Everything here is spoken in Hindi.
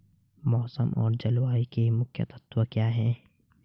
मौसम और जलवायु के मुख्य तत्व क्या हैं?